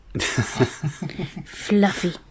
Fluffy